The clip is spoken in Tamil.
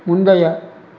முந்தைய